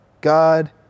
God